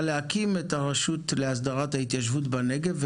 להקים את הרשות להסדרת ההתיישבות בנגב,